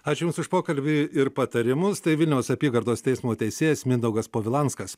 aš jums už pokalbį ir patarimus tai vilniaus apygardos teismo teisėjas mindaugas povilanskas